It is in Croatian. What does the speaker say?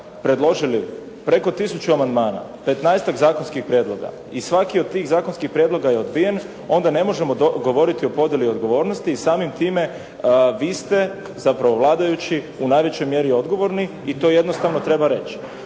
predložili preko 1000 amandmana, 15-tak zakonskih prijedloga i svaki od tih zakonskih prijedloga je odbijen onda ne možemo govoriti o podjeli odgovornosti i samim time vi ste, zapravo vladajući u najvećoj mjeri odgovorni i to jednostavno treba reći.